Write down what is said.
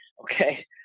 Okay